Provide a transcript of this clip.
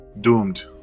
doomed